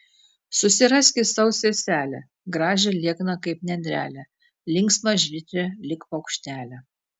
susiraski sau seselę gražią liekną kaip nendrelę linksmą žvitrią lyg paukštelę